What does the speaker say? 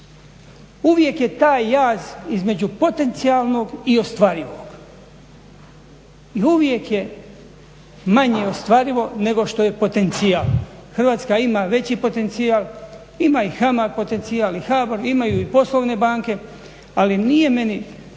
Uvijek je taj jaz između potencijalnog i ostvarivog i uvijek je manje ostvarivo nego što je potencijal. Hrvatska ima veći potencijal, ima i HAMAG potencijal i HBOR, imaju i poslovne banke. Ali nije meni